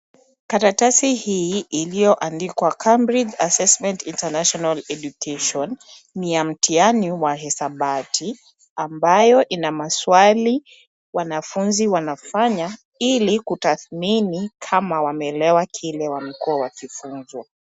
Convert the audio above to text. Karatasi hii iliyoandikwa Cambridge Assesment International Education, ni ya mtihani wa hisabati, ambayo ina maswali wanafunzi wanafanya, ili kutathmini kama wameelewa kile wamekua wakifunzwa.